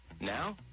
Now